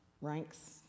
ranks